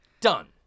Done